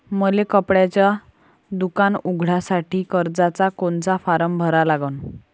मले कपड्याच दुकान उघडासाठी कर्जाचा कोनचा फारम भरा लागन?